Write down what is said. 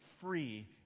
free